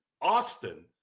Austin